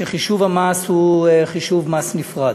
שחישוב המס הוא חישוב מס נפרד.